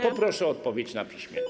Poproszę o odpowiedź na piśmie.